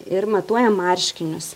ir matuojam marškinius